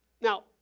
Now